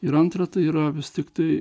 ir antra tai yra vis tiktai